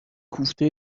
کوفته